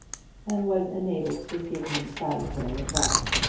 and was enabled to give him salutary advice.